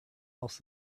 else